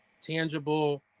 tangible